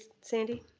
sandy?